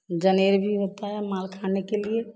जानेल भी होता है माल खाने के लिए